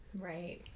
Right